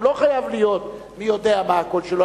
הוא לא חייב להיות מי-יודע-מה הקול שלו,